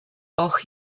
auch